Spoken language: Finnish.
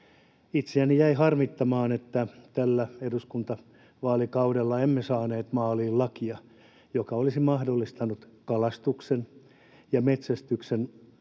Itseäni jäi harmittamaan, että tällä eduskuntavaalikaudella emme saaneet maaliin lakia, joka olisi mahdollistanut kalastuksen ja metsästyksen